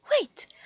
Wait